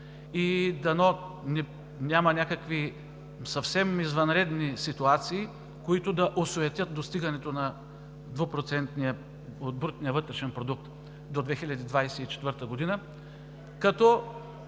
и дано няма някакви съвсем извънредни ситуации, които да осуетят достигането на 2% от брутния вътрешен продукт до 2024 г.